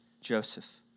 Joseph